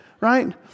right